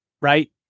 Right